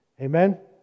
Amen